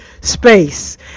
space